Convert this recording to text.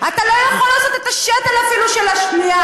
אתה לא יכול לעשות את השתל אפילו של השמיעה,